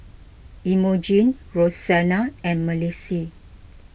Imogene Rosanna and Malissie